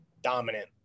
Dominant